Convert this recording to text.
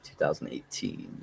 2018